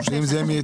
אז חשוב לדעת,